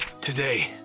today